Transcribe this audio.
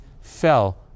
fell